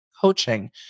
coaching